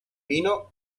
vino